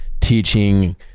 teaching